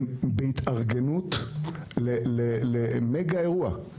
הם בהתארגנות למגה אירוע.